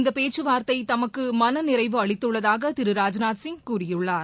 இந்தப் பேச்சுவார்த்தைதமக்குமனநிறைவு அளித்துள்ளதாக திரு ராஜ்நாத் சிங் கூறியுள்ளார்